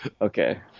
okay